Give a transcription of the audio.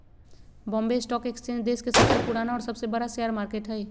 Bombay stock exchange देश के सबसे पुराना और सबसे बड़ा शेयर मार्केट हइ